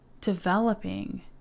developing